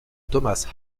thomas